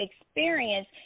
experience